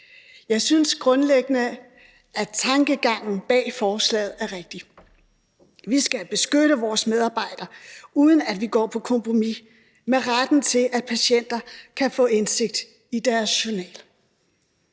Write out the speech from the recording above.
Jeg synes grundlæggende, at tankegangen bag forslaget er rigtig. Vi skal beskytte vores medarbejdere, uden at vi går på kompromis med retten til, at patienter kan få indsigt i deres journal.